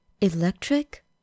electric